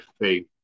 faith